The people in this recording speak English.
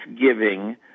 giving